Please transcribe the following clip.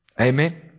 Amen